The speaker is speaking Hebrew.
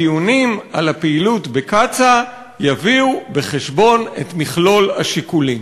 הדיונים על הפעילות בקצא"א יביאו בחשבון את מכלול השיקולים.